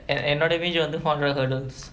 என்னோட:ennoda image வந்து:vanthu four hundred hurdles